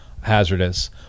Hazardous